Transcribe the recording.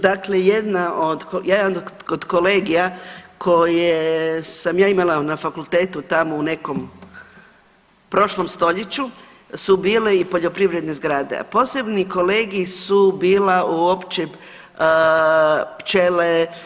Dakle, jedna od, jedan od kolegija koje sam ja imala na fakultetu tamo u nekom prošlom stoljeću su bile i poljoprivredne zgrade, a posebni kolegij su bila uopće pčele.